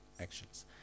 actions